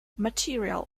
material